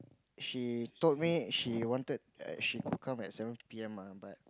she told me she wanted she could come at seven P_M ah but